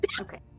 okay